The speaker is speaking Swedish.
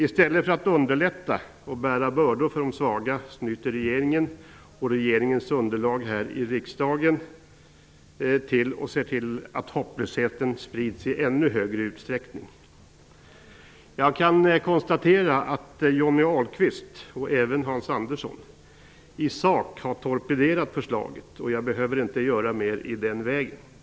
I stället för att underlätta och bära bördor för de svaga snyter regeringen -- och regeringens underlag här i riksdagen -- till och ser till att hopplösheten sprids i ännu större utsträckning. Jag kan konstatera att Johnny Ahlqvist och även Hans Andersson i sak har torpederat förslaget, och jag behöver inte göra mer i den vägen.